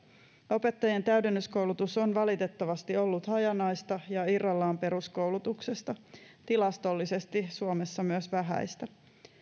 opettajien täydennyskoulutus on valitettavasti ollut hajanaista ja irrallaan peruskoulutuksesta tilastollisesti suomessa myös vähäistä